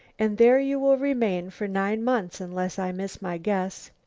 and there you will remain for nine months unless i miss my guess.